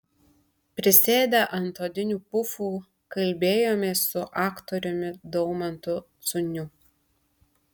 prisėdę ant odinių pufų kalbėjomės su aktoriumi daumantu ciuniu